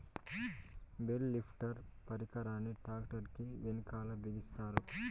bale lifter పరికరాన్ని tractor కీ వెనకాల బిగిస్తారు